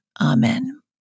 Amen